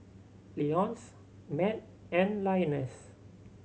Leonce Matt and Linus